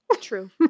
True